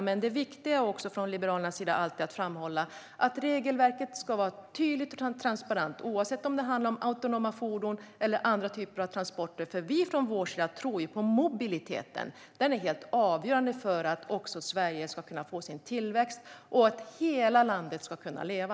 Men det viktiga för oss från Liberalerna är att alltid framhålla att regelverket ska vara tydligt och transparent, oavsett om det handlar om autonoma fordon eller andra typer av transporter. Vi från vår sida tror på mobiliteten. Den är helt avgörande för att Sverige ska få tillväxt och att hela landet ska kunna leva.